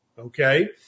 Okay